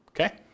Okay